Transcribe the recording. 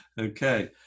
Okay